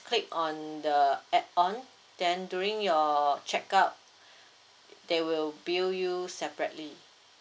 click on the add on then during your checkout they will bill you separately